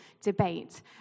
debate